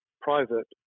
private